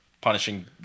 punishing